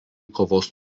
kovos